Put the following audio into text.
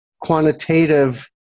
quantitative